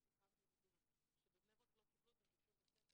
יש לי כמה ילדים שבבני ברק לא קיבלו אותם בשום בית